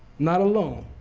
not alone,